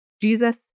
Jesus